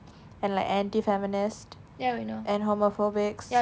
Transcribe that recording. and like anti feminist and homophobics